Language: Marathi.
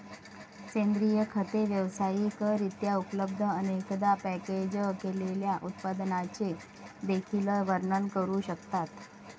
सेंद्रिय खते व्यावसायिक रित्या उपलब्ध, अनेकदा पॅकेज केलेल्या उत्पादनांचे देखील वर्णन करू शकतात